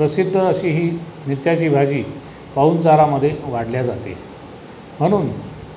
तसे तं अशी ही मिरच्याची भाजी पाहुनचारामधे वाढल्या जाते म्हनून